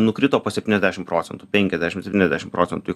nukrito po septyniasdešim procentų penkiasdešim septyniasdešim procentų